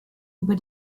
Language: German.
über